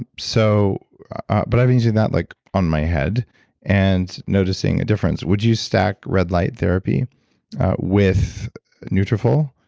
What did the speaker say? so but i've been using that like on my head and noticing a difference. would you stack red light therapy with nutrafol?